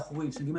האחורי, הש.ג.